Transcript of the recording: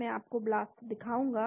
मैं आपको ब्लास्ट दिखाऊंगा